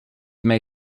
may